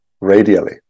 radially